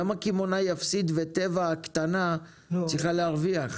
למה קמעונאי יפסיד וטבע הקטנה צריכה להרוויח?